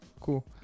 cool